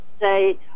say